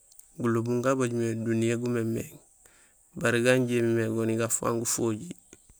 Golobum gabaaj mé duniya gumémééŋ baré ganjé imimé goniyee gafang gufojiir.